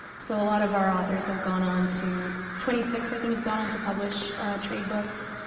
so a lot of our authors have gone on to twenty six, i think, have gone on to publish trade books.